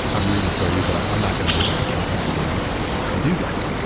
i'm rooting for you but i'm i'm not going to move out to california and and do this.